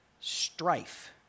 strife